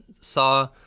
saw